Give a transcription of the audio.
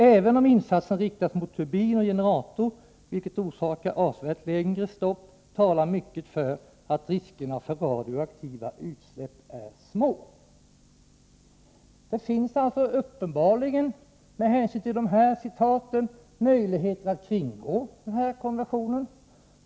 Även om insatsen riktas mot turbin och generator, vilket orsakar avsevärt längre stopp, talar mycket för att riskerna för radioaktiva utsläpp är små.” Det finns uppenbarligen, med hänsyn till dessa citat, möjligheter att kringgå denna konvention.